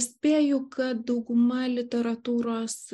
spėju kad dauguma literatūros